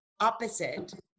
opposite